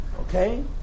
Okay